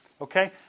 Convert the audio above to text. Okay